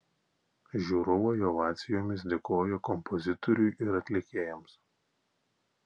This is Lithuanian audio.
žiūrovai ovacijomis dėkojo kompozitoriui ir atlikėjams